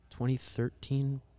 2013